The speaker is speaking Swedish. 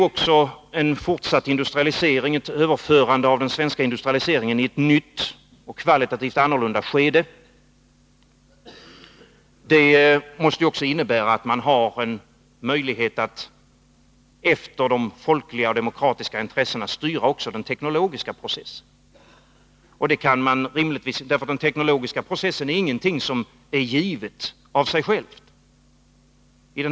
Emellertid måste ett överförande av den svenska industrialiseringen i ett nytt och kvalitativt annorlunda skede också innebära att man har en möjlighet att efter de folkliga demokratiska intressena styra också den teknologiska processen. Den teknologiska processen är ingenting som är givet av sig självt.